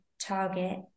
target